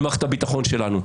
על מערכת הביטחון שלנו.